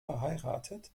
verheiratet